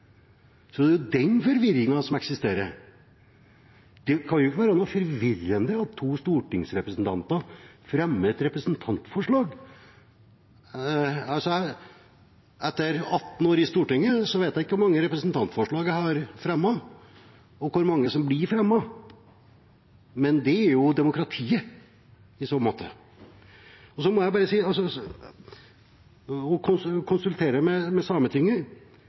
Så det er den forvirringen som eksisterer. Det kan jo ikke være forvirrende at to stortingsrepresentanter fremmer et representantforslag. Etter 18 år i Stortinget vet jeg ikke hvor mange representantforslag jeg har fremmet, og hvor mange som blir fremmet, men det er jo demokratiet i så måte. Når det gjelder å konsultere Sametinget: Jeg har sittet og lest prosedyrer og retningslinjer for konsultasjoner med Sametinget.